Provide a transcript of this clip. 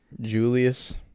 Julius